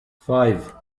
five